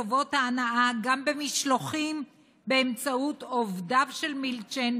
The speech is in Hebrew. טובות ההנאה גם במשלוחים באמצעות עובדיו של מילצ'ן,